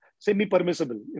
Semi-permissible